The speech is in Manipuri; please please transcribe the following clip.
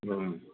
ꯎꯝ